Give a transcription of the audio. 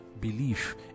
belief